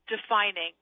defining